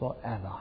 forever